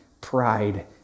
pride